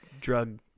drug